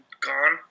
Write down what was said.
gone